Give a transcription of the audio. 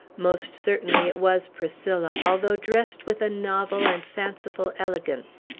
most certainly it was priscilla, although dressed with a novel and fanciful elegance.